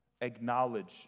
Acknowledge